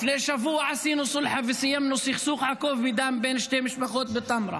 לפני שבוע עשינו סולחה וסיימנו סכסוך עקוב מדם בין שתי משפחות בטמרה.